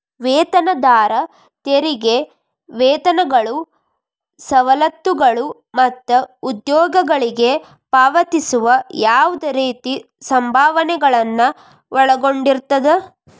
ವೇತನದಾರ ತೆರಿಗೆ ವೇತನಗಳು ಸವಲತ್ತುಗಳು ಮತ್ತ ಉದ್ಯೋಗಿಗಳಿಗೆ ಪಾವತಿಸುವ ಯಾವ್ದ್ ರೇತಿ ಸಂಭಾವನೆಗಳನ್ನ ಒಳಗೊಂಡಿರ್ತದ